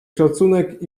szacunek